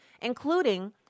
including